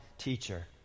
teacher